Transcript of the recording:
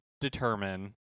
determine